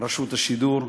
רשות השידור,